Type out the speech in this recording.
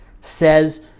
says